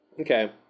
Okay